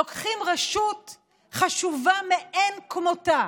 לוקחים רשות חשובה מאין כמותה